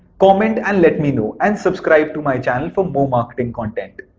comment and let me know and subscribe to my channel for more marketing content.